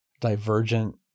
divergent